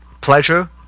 Pleasure